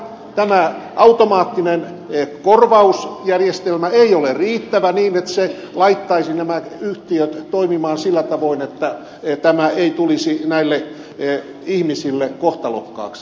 tämä automaattinen korvausjärjestelmä ei ole riittävä niin että se laittaisi nämä yhtiöt toimimaan sillä tavoin että tämä ei tulisi näille ihmisille kohtalokkaaksi